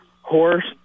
horse